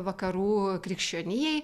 vakarų krikščionijai